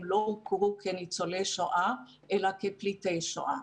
לא הוכרו כניצולי שואה אלא כפליטי שואה.